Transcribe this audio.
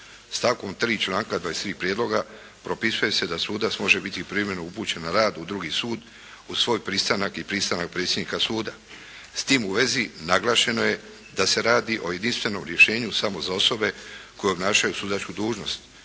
stavkom 3. članka 23. prijedloga propisuje se da sudac može biti i privremeno upućen na rad u drugi sud, uz svoj pristanak i pristanak predsjednika suda. S time u svezi naglašeno je da se radi o jedinstvenom rješenju samo za osobe koje obnašaju sudačku dužnost.